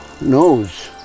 knows